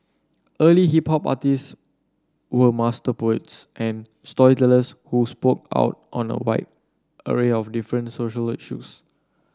early hip hop artists were master poets and storytellers who spoke out on a wide array of different social issues